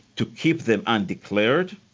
to keep them undeclared,